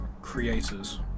Creators